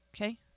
Okay